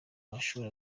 mashuri